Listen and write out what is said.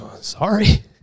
Sorry